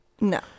No